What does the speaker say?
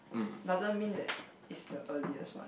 doesn't mean that is the earliest one